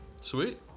Sweet